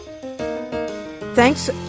Thanks